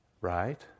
right